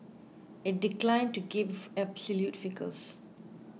it declined to give absolute figures